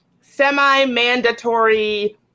semi-mandatory